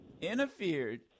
interfered